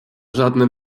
żadne